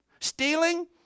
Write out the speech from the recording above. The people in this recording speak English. Stealing